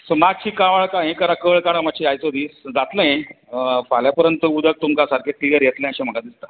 so मात्शी कावाळ क हें करा कळ काडा मात्शी आयचो दीस जातलें फाल्यां परंत उदक तुमकां सारकें क्लियर येतलें अशें म्हाका दिसता